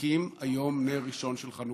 מדליקים היום נר ראשון של חנוכה.